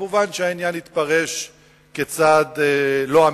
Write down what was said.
מובן שהעניין יתפרש כצעד לא אמיתי.